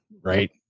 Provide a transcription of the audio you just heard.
right